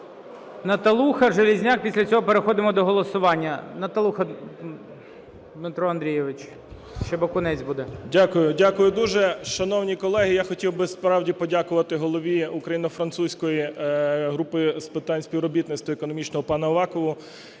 Д.А. Дякую дуже, шановні колеги! Я хотів би, справді, подякувати голові Українсько-Французької групи з питань співробітництва економічного пану Авакову,